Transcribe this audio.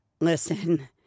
listen—